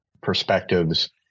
perspectives